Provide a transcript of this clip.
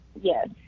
Yes